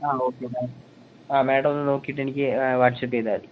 ആ ഓക്കെ എന്നാൽ മാഡം ഒന്ന് നോക്കിയിട്ട് എനിക്ക് വാട്സപ്പ് ചെയ്താൽ മതി